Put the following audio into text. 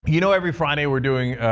you know every friday were doing.